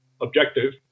Objective